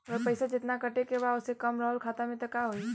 अगर पैसा जेतना कटे के बा ओसे कम रहल खाता मे त का होई?